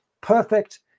Perfect